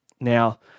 Now